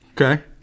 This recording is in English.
Okay